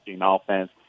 offense